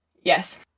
yes